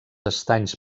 estanys